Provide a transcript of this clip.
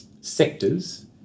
sectors